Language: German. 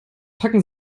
packen